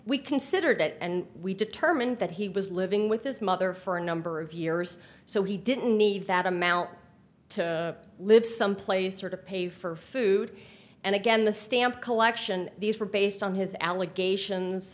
we considered that and we determined that he was living with his mother for a number of years so he didn't need that amount to live someplace or to pay for food and again the stamp collection these were based on his allegations